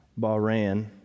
Bahrain